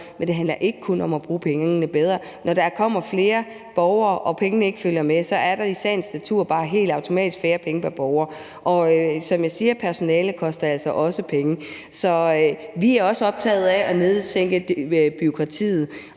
men det handler ikke kun om at bruge pengene bedre. Når der kommer flere borgere og pengene ikke følger med, er der i sagens natur bare helt automatisk færre penge pr. borger. Som jeg siger, koster personale altså også penge. Vi er også optaget af at reducere bureaukratiet,